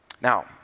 Now